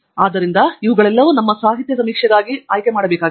ಆದ್ದರಿಂದ ಇವುಗಳೆಲ್ಲವೂ ನಮ್ಮ ಸಾಹಿತ್ಯ ಸಮೀಕ್ಷೆಗಾಗಿ ಆಯ್ಕೆಮಾಡಬಹುದು